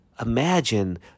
Imagine